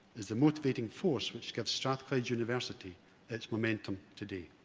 is a motivating force which gave strathclyde university its momentum today.